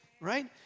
Right